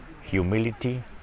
humility